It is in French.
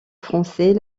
français